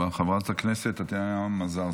חברת הכנסת טטיאנה מזרסקי,